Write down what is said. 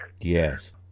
Yes